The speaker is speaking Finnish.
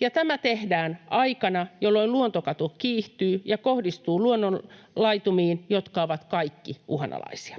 ja tämä tehdään aikana, jolloin luontokato kiihtyy ja kohdistuu luonnonlaitumiin, jotka ovat kaikki uhanalaisia.